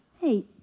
Hey